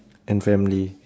and family